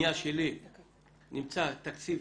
פניה שלי נמצא תקציב